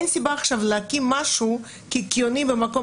אין סיבה עכשיו להקים משהו קיקיוני במקום